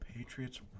Patriots